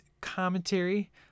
commentary